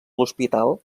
l’hospital